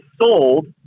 sold